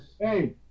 Hey